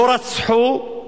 לא רצחו,